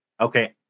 okay